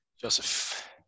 Joseph